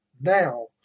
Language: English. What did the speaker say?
now